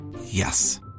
Yes